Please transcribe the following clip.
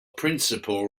principle